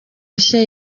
nshya